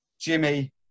Jimmy